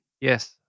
Yes